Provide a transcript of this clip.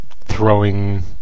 throwing